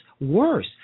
worse